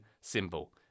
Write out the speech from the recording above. symbol